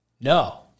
No